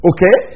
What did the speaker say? Okay